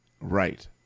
right